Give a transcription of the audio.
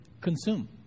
consume